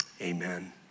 Amen